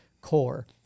CORE